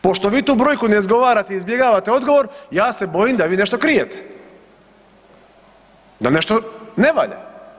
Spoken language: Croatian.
Pošto vi tu brojku ne izgovarate, izbjegavate odgovor ja se bojim da vi nešto krijete, da nešto ne valja.